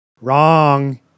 Wrong